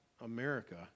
America